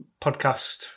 podcast